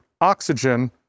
oxygen